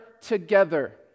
together